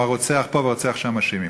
או הרוצח פה והרוצח שם אשמים.